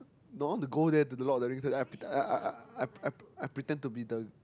no I want to go there to the Lord-of-the-Rings then I I I I I pretend to be the